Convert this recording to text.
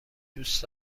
دوست